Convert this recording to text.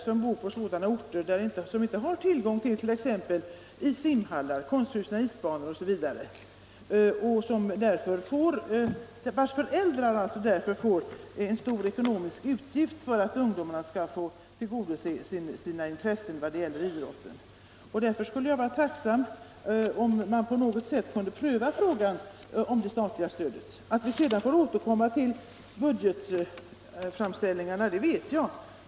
De bor på orter som inte har tillgång till exempelvis simhallar och konstfrusna isbanor, och föräldrarna får därför en stor utgift för att ungdomarna skall kunna tillgodose sina intressen inom idrotten. Därför vore jag tacksam om man på något sätt kunde pröva frågan om det statliga stödet. Att vi sedan får återkomma till budgetframställningarna, det vet jag.